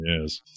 Yes